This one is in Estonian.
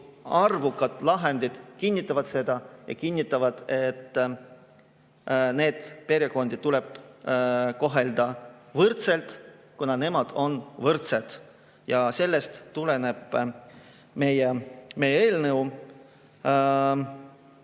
arvukad lahendid kinnitavad seda, kinnitavad, et neid perekondi tuleb kohelda võrdselt, kuna nad on võrdsed. Ja sellest tuleneb meie eelnõu.